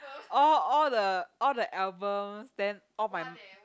all all the all the album then all my